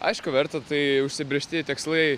aišku verta tai užsibrėžti tikslai